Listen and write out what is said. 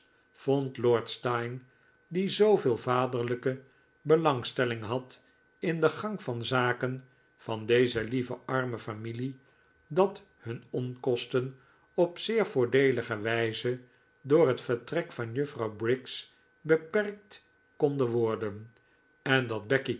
vond lord steyne die zooveel vaderlijke belangstelling had in den gang van zaken van deze lieve arme familie dat hun onkosten op zeer voordeelige wijze door het vertrek van juffrouw briggs beperkt konden worden en dat becky